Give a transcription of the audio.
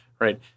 right